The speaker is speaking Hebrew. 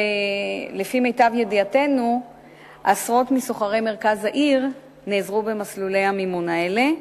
ולפי מיטב ידיעתנו עשרות מסוחרי מרכז העיר נעזרו במסלולי המימון האלה.